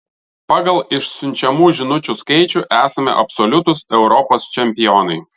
pagal išsiunčiamų žinučių skaičių esame absoliutūs europos čempionai